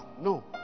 no